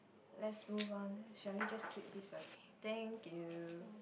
let's move on shall we just keep this okay thank you